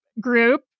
group